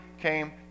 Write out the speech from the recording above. came